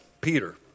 Peter